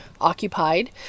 occupied